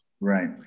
right